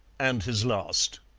and his last.